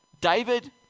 David